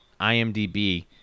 IMDb